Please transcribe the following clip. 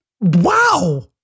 Wow